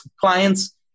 clients